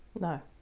No